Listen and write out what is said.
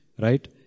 Right